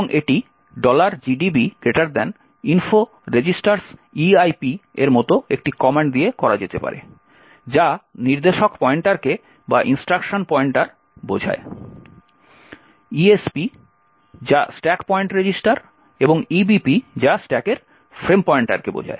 এবং এটি gdb info registers eip এর মতো একটি কমান্ড দিয়ে করা যেতে পারে যা নির্দেশক পয়েন্টারকে বোঝায় esp যা স্ট্যাক পয়েন্টার রেজিস্টার এবং ebp যা স্ট্যাকের ফ্রেম পয়েন্টারকে বোঝায়